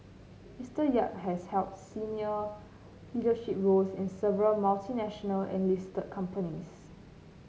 Mister Yap has held senior leadership roles in several multinational and listed companies